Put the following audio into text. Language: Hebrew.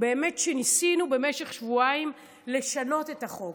באמת שניסינו במשך שבועיים לשנות את החוק.